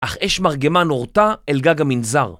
אך אש מרגמה נורתה אל גג המנזר.